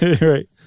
Right